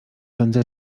będę